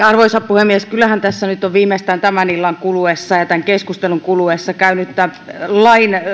arvoisa puhemies kyllähän tässä nyt on viimeistään tämän illan ja tämän keskustelun kuluessa käynyt tämän lain